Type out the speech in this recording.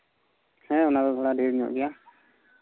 ᱦᱮᱸ ᱚᱱᱟᱫᱚ ᱛᱷᱚᱲᱟ ᱰᱷᱮᱹᱨ ᱧᱚᱜ ᱜᱮᱭᱟ